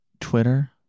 Twitter